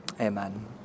Amen